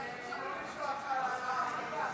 אני שמח לראות אותך על הדוכן.